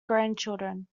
grandchildren